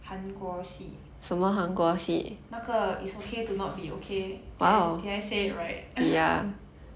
韩国戏那个 it's okay to not be okay did I did I say it right